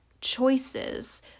choices